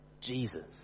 Jesus